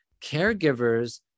caregivers